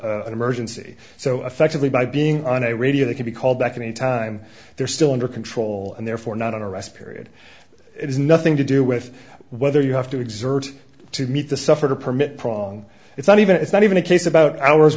a emergency so effectively by being on a radio they can be called back any time they're still under control and therefore not an arrest period it has nothing to do with whether you have to exert to meet the suffered a permit prong it's not even it's not even a case about hours